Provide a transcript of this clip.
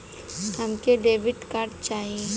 हमके debit card चाही?